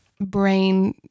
brain